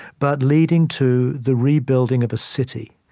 but leading to the rebuilding of a city.